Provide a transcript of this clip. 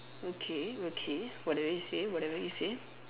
okay okay whatever you say whatever you say